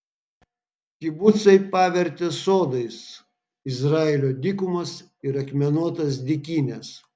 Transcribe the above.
kibucai pavertė sodais izraelio dykumas ir akmenuotas dykynes